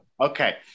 Okay